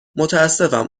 متاسفم